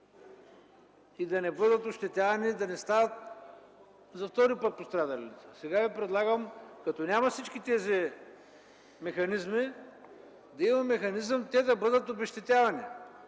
и да не бъдат ощетявани, за да не страдат за втори път пострадалите. Сега Ви предлагам, като няма всичките тези механизми, да има механизъм да бъдат обезщетявани.